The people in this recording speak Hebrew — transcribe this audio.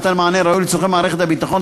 מתן מענה ראוי לצורכי מערכת הביטחון,